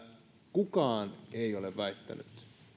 kukaan ei ole väittänyt